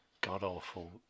god-awful